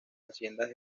haciendas